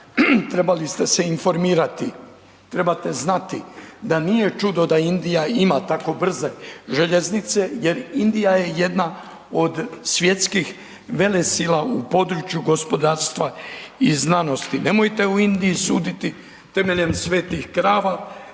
trebali ste se informirati, trebate znati da nije čudo da Indija ima tako brze željeznice jer Indija je jedna od svjetskih velesila u području gospodarstva i znanosti. Nemojte o Indiji suditi temeljem svetih krava,